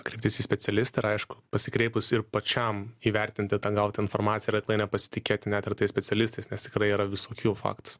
kreiptis į specialistą ir aišku pasikreipus ir pačiam įvertinti tą gautą informaciją ir aklai nepasitikėti net ir tais specialistais nes tikrai yra visokių faktų